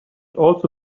also